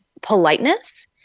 politeness